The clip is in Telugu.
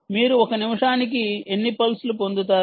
మీరు ఒక నిమిషానికి ఎన్ని పల్స్ లు పొందుతారు